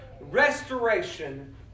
restoration